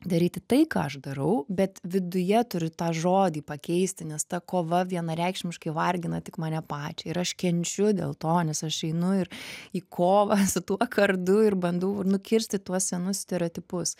daryti tai ką aš darau bet viduje turiu tą žodį pakeisti nes ta kova vienareikšmiškai vargina tik mane pačią ir aš kenčiu dėl to nes aš einu ir į kovą su tuo kardu ir bandau nukirsti tuos senus stereotipus